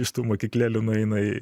iš tų mokyklėlių nueina į